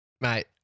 Mate